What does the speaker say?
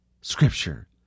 scripture